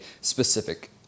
specific